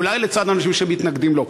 אולי לצד אנשים שמתנגדים לו.